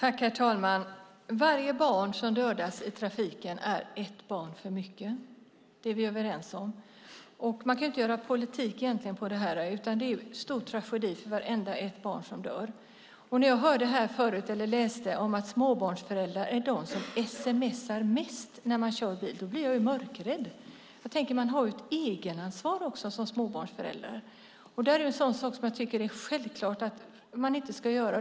Herr talman! Varje barn som dödas i trafiken är ett barn för mycket - det är vi överens om. Man kan inte göra politik på detta, utan det är en stor tragedi för vartenda barn som dör. När jag läste om att småbarnsföräldrar är de som sms:ar mest när de kör bil, då blev jag mörkrädd. Man har ju som småbarnsförälder ett egenansvar! Detta är något som jag tycker det är självklart att man inte ska göra.